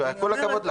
כל הכבוד לכם.